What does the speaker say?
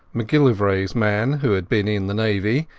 macgillivrayas man, who had been in the navy,